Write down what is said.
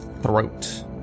throat